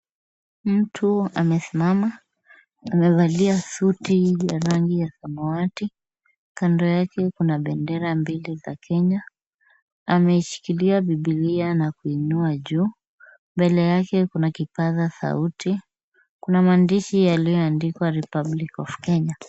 Mtu amesimama amevalia suti ya rangi ya samawati kando yake kuna bendera mbili za Kenya ameishikilia bibilia na kuinua juu ,mbele yake kuna kipazasauti kuna maandishi yaliyoandikwa republic of Kenya